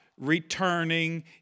returning